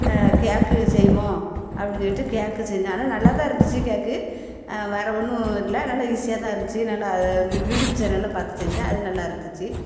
கேக்கு செய்வோம் அப்படினு சொல்லிட்டு கேக்கு செஞ்சோம் ஆனால் நல்லா தான் இருந்துச்சி கேக்கு வேறே ஒன்றும் இல்லை நல்ல ஈசியாக தான் இருந்துச்சி நல்லா அதை யூடூப்பு சேனலில் பார்த்து செஞ்சேன் அது நல்லாயிருந்துச்சி